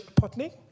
Potney